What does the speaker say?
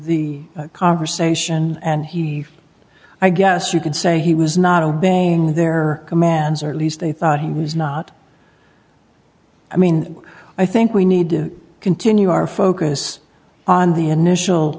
the conversation and he i guess you could say he was not obeying their commands or at least they thought he was not i mean i think we need to continue our focus on the initial